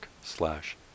slash